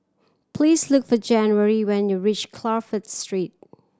please look for January when you reach Crawford Street